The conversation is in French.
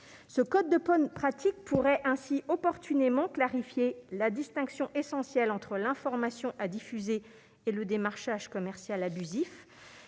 de bonne pratique pourrait ainsi opportunément clarifier la distinction essentielle entre l'information à diffuser et le démarchage commercial abusif